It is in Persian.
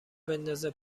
بندازه